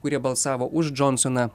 kurie balsavo už džonsoną